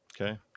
Okay